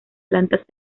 plantas